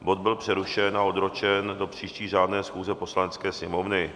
Bod byl přerušen a odročen do příští řádné schůze Poslanecké sněmovny.